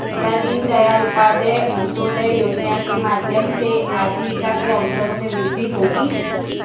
क्या दीन दयाल उपाध्याय अंत्योदय योजना के माध्यम से आजीविका के अवसरों में वृद्धि होगी?